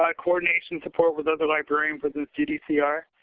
ah coordination support with other librarians within cdcr.